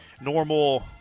normal